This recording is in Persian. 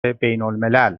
بینالملل